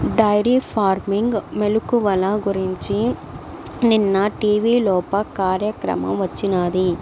dairy farming మెలుకువల గురించి నిన్న టీవీలోప కార్యక్రమం వచ్చినాది